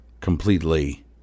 completely